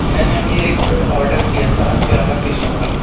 میں نے ابھی ایک آرڈر کیا تھا گیارہ پزوں کا